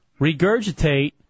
regurgitate